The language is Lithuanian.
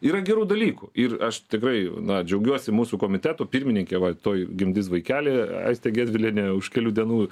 yra gerų dalykų ir aš tikrai na džiaugiuosi mūsų komiteto pirmininkė va tuoj gimdys vaikelį aistė gedvilienė už kelių dienų